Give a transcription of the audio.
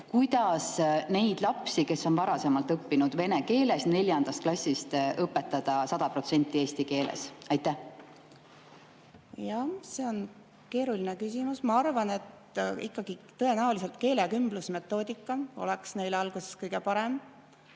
Kuidas neid lapsi, kes on varem õppinud vene keeles, neljandast klassist õpetada 100% eesti keeles? Jaa, see on keeruline küsimus. Ma arvan, et tõenäoliselt keelekümblusmetoodika, mis meil on olemas, oleks neile alguses kõige parem.